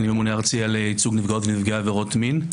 אני הממונה הארצי על ייצוג נפגעות ונפגעי עבירות מין.